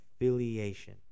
affiliation